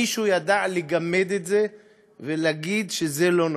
מישהו ידע לגמד את זה ולהגיד שזה לא נכון,